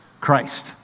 Christ